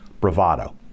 bravado